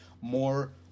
more